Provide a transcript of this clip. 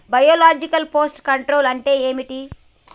Biological pest control అంటే ఏమిటి?